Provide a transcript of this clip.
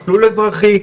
מסלול אזרחי,